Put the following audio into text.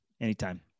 Anytime